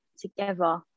together